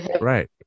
Right